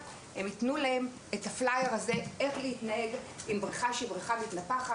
הם ייתנו להם גם הפלאייר שלנו שמסביר איך להתנהג עם בריכה מתנפחת.